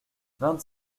vingt